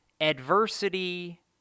adversity